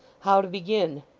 how to begin.